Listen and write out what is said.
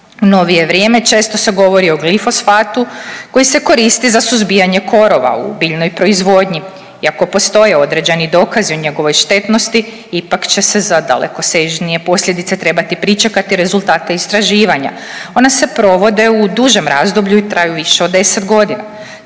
U novije vrijeme, često se govori o glifosfatu koji se koristi za suzbijanje korova u biljnoj proizvodnji. Iako postoje određeni dokazi o njegovoj štetnosti, ipak će se za dalekosežnije posljedice trebati pričekati rezultate istraživanja. Ona se provode u dužem razdoblju i traju više od 10 godina.